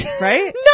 right